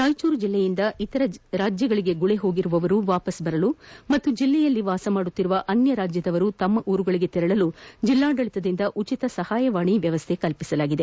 ರಾಯಚೂರು ಜಿಲ್ಲೆಯಿಂದ ಬೇರೆ ರಾಜ್ಯಗಳಗೆ ಗುಳೆಹೋಗಿರುವವರು ವಾಪಸ್ ಬರಲು ಹಾಗೂ ಜಿಲ್ಲೆಯಲ್ಲಿ ವಾಸಿಸುತ್ತಿರುವ ಅನ್ಯ ರಾಜ್ಯದವರು ತಮ್ಮ ಊರುಗಳಗೆ ತೆರಳಲು ಜಿಲ್ಲಾಡಳಿತದಿಂದ ಉಚಿತ ಸಹಾಯವಾಣಿ ವ್ಯವಸ್ಥೆ ಕಲ್ಪಿಸಲಾಗಿದೆ